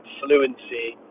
fluency